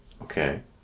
Okay